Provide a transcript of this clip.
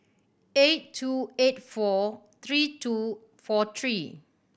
eight two eight four three two four three